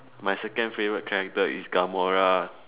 my second favourite character is gamora